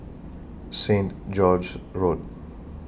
Saint George's Road